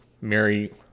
Mary